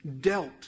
dealt